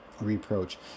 reproach